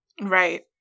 right